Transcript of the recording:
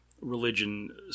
religion